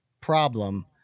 problem